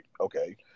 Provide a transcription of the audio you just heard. Okay